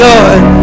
Lord